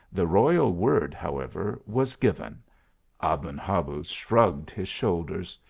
the royal word, however, was given aben habuz shrugged his shoulders.